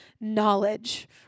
knowledge